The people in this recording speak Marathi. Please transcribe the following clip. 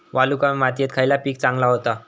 वालुकामय मातयेत खयला पीक चांगला होता?